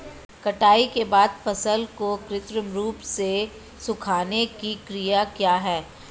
कटाई के बाद फसल को कृत्रिम रूप से सुखाने की क्रिया क्या है?